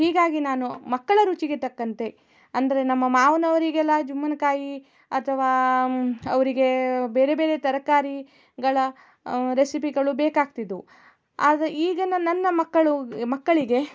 ಹೀಗಾಗಿ ನಾನು ಮಕ್ಕಳ ರುಚಿಗೆ ತಕ್ಕಂತೆ ಅಂದರೆ ನಮ್ಮ ಮಾವನವರಿಗೆಲ್ಲ ಜುಮ್ಮನಕಾಯಿ ಅಥವಾ ಅವರಿಗೆ ಬೇರೆ ಬೇರೆ ತರಕಾರಿ ಗಳ ರೆಸಿಪಿಗಳು ಬೇಕಾಗ್ತಿದ್ದವು ಆದರೆ ಈಗಿನ ನನ್ನ ಮಕ್ಕಳು ಮಕ್ಕಳಿಗೆ